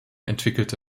entwickelte